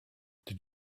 did